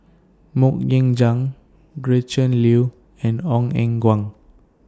Mok Ying Jang Gretchen Liu and Ong Eng Guan